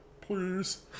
please